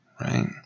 right